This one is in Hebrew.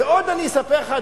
ועוד אני אספר לך,